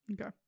Okay